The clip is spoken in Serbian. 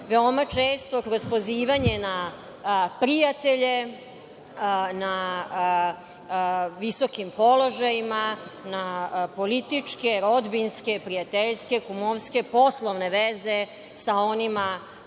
veoma često kroz pozivanje na prijatelje na visokim položajima, na političke, rodbinske, prijateljske, kumovske, poslovne veze sa onima